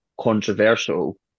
controversial